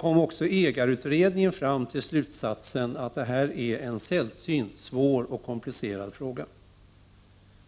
Också ägarutredningen drog slutsatsen att detta är en sällsynt svår och komplicerad fråga.